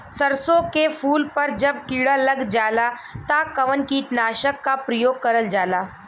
सरसो के फूल पर जब किड़ा लग जाला त कवन कीटनाशक क प्रयोग करल जाला?